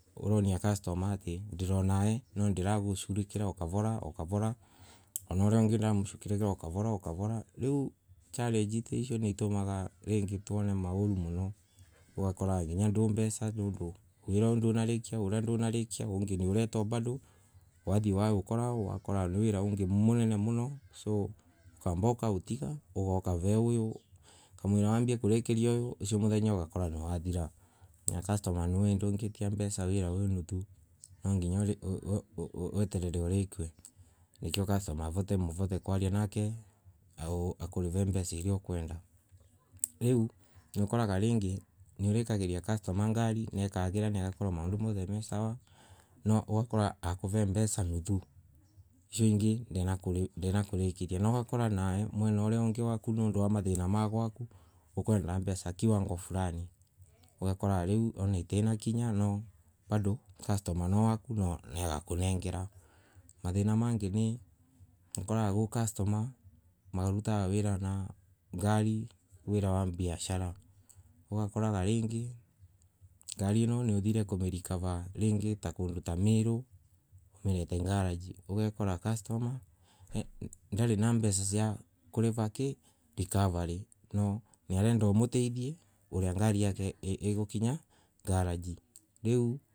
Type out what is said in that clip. Uronia customer atii ndiiri onawe nondiragushughulikira ooh kavora ooh kavora ona uria ungi no ndiramushughulikira ooh kavora oooh kavora. Riu challenge ta cio niitumaga tariu twone mauru, muno, ugakora tariu ndwi mbeca tondu wira uyu ndunarikia, uria ndunarikia, ungi niuretwa bado wathii waokora ugakora ni wira wingi Munene muno so ukamba ugautiga ugauka ve uyu, kamwewa urikie uyu ucio muthenya ugakorwo niwathira na customer niwici ndongitia mbeca wira wi nuthu, nwanginya weterere urikue nigetha customer murote kwaria nake akurire mbeca iria ukwenda. Riu niukoraga nwarikiria customer ngari na ekagira igakorwo maundu me sawa no ugakora akuve mbeca nuthu, icio ingi ndenakurikiria na ugakora mwena uria ungi nawe nondu wa mathina ma gwaku ukwendaga mbeca kiwango Fulani, ugakora riu wona itinakinya no customer ni waku na niugakunengera. Mathina mangi ni ukoraga gwi customer marutaga wira na ngari wira wa biashara, ugakoraga ringi ngari ino niuthiria kumirecover ringi kundu ta meru umirete garage ugakora ringi customer ndena mbeca cia kurira ki recovery no niarenda umutethie uria ngari igukinya garage riu.